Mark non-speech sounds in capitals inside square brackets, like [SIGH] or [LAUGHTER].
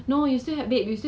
[LAUGHS]